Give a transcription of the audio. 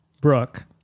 Brooke